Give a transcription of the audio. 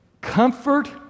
comfort